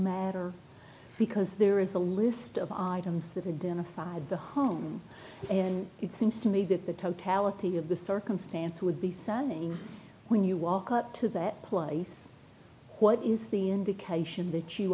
matter because there is a list of items that had been a fan of the home and it seems to me that the totality of the circumstance would be selling when you walk up to that place what is the indication that you